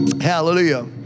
hallelujah